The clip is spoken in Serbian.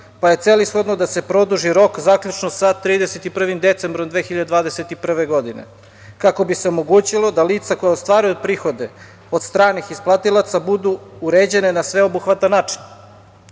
pa je celishodno da se produži rok zaključno sa 31. decembrom 2021. godine kako bi se omogućilo da lica koja ostvaruju prihode od stranih isplatilaca budu uređene na sveobuhvatan način.U